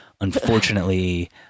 Unfortunately